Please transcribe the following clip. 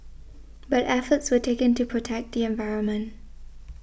but efforts were taken to protect the environment